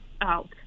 out